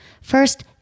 First